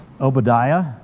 Obadiah